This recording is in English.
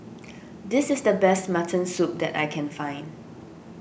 this is the best Mutton Soup that I can find